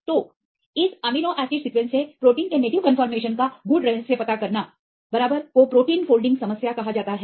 तो इस amino acid sequence से प्रोटीन के नेटिव कन्फर्मेशन का गूढ़ रहस्य पता करना बराबर को प्रोटीन फोल्डिंग समस्या कहा जाता है